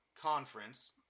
conference